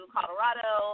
Colorado